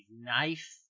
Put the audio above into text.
knife